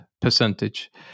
percentage